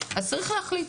אז צריך להחליט.